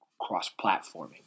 Cross-platforming